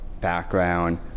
background